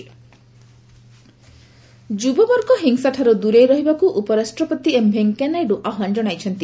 VP youth ଯୁବପିଢ଼ି ହିଂସାଠାରୁ ଦୂରେଇ ରହିବାକୁ ଉପରାଷ୍ଟ୍ରପତି ଏମ୍ ଭେଙ୍କୟା ନାଇଡୁ ଆହ୍ୱାନ ଜଣାଇଛନ୍ତି